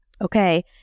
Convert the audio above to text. Okay